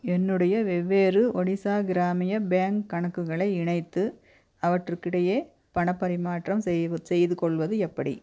என்னுடைய வெவ்வேறு ஒடிஷா கிராமிய பேங்க் கணக்குகளை இணைத்து அவற்றுக்கிடையே பணப் பரிமாற்றம் செய்வ செய்துக்கொள்வது எப்படி